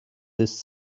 this